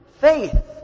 faith